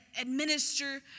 administer